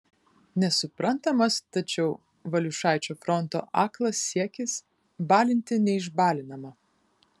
nesuprantamas tačiau valiušaičio fronto aklas siekis balinti neišbalinamą